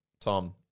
Tom